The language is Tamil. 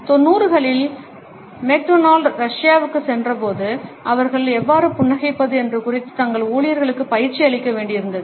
தொண்ணூறுகளில் மெக்டொனால்டு ரஷ்யாவுக்குச் சென்றபோது அவர்கள் எவ்வாறு புன்னகைப்பது என்பது குறித்து தங்கள் ஊழியர்களுக்குப் பயிற்சி அளிக்க வேண்டியிருந்தது